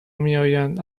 میآیند